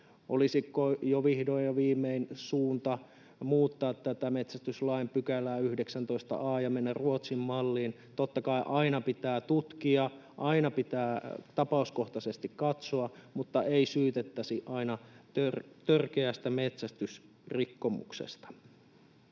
Olisiko jo vihdoin ja viimein suunta muuttaa tätä metsästyslain 19 a §:ää ja mennä Ruotsin malliin? Totta kai aina pitää tutkia, aina pitää tapauskohtaisesti katsoa, mutta ei tulisi syyttää aina törkeästä metsästysrikkomuksesta.